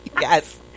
Yes